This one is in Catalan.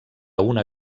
una